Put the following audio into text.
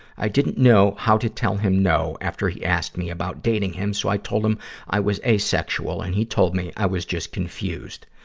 i didn't know how to tell him no after he asked me about dating him, so i told him i was asexual and he told me i was just confused.